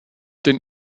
den